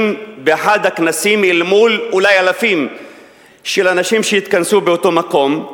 באחד הכנסים אל מול אולי אלפים של אנשים שהתכנסו באותו מקום,